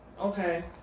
Okay